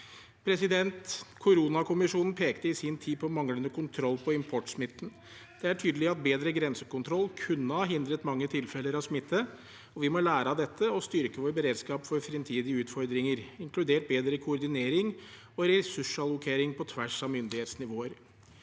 Koronakommisjonen pekte i sin tid på manglende kontroll på importsmitten. Det er tydelig at bedre grensekontroll kunne ha hindret mange tilfeller av smitte, og vi må lære av dette og styrke vår beredskap for fremtidige utfordringer, inkludert bedre koordinering og ressursallokering på tvers av myndighetsnivåer.